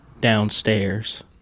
downstairs